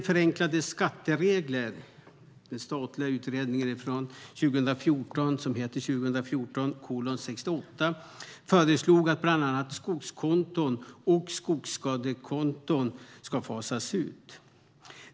Den statliga utredningen Förenklade skatteregler föreslog att bland annat skogskonton och skogsskadekonton ska fasas ut.